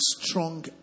strong